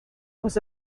was